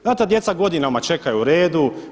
Znate, ta djeca godinama čekaju u redu.